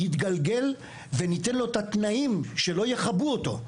יתגלגל וניתן לו את התנאים שלא יכבו אותו.